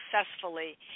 successfully